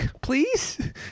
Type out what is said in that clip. please